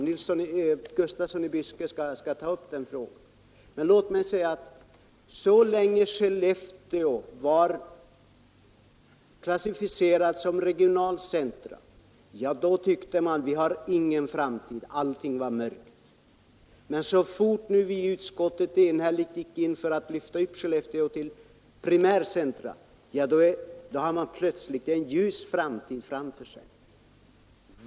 Herr Gustafsson i Byske skall ta upp den frågan, men änge Skellefteå var klassificerat som regionalt centrum låt mig säga att så tyckte man sig där inte ha någon framtid. Allting var mörkt. Men så fort vi i utskottet enhälligt hade gått in för att lyfta upp Skellefteå till primärt centrum ansåg man sig ha en ljus framtid.